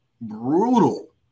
brutal